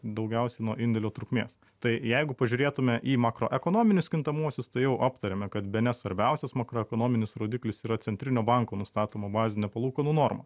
daugiausia nuo indėlio trukmės tai jeigu pažiūrėtume į makroekonominius kintamuosius tai jau aptarėme kad bene svarbiausias makroekonominis rodiklis yra centrinio banko nustatoma bazinė palūkanų norma